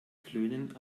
klönen